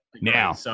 Now